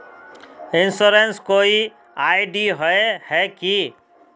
Insurance कोई ID होय है की?